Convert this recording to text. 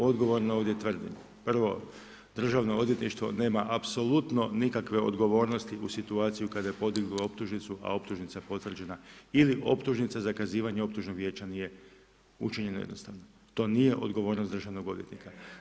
Odgovorno ovdje tvrdim, prvo, državno odvjetništvo nema apsolutno nikakve odgovornosti u situaciji kada je podigao optužnicu, a optužnica potvrđena ili optužnica zakazivanje optužnog vijeća nije učinjena …, to nije odgovornost državnog odvjetnika.